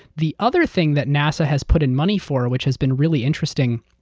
the other thing that nasa has put in money for, which has been really interesting,